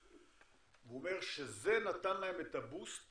זה נתן להם את הבוסט